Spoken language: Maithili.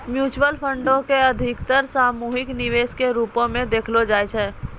म्युचुअल फंडो के अधिकतर सामूहिक निवेश के रुपो मे देखलो जाय छै